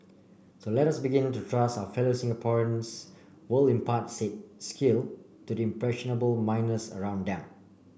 so let us begin to trust our fellow Singaporeans will impart said skill to the impressionable minors around them